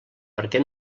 perquè